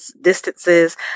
distances